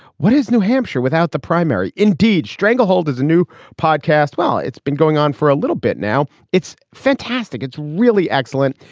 what is new hampshire without the primary? indeed, stranglehold is a new podcast. well, it's been going on for a little bit now. it's fantastic. it's really excellent.